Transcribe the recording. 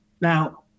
Now